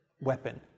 weapon